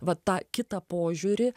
va tą kitą požiūrį